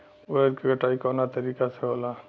उरद के कटाई कवना तरीका से होला?